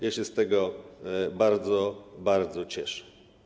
Ja się z tego bardzo, bardzo cieszę.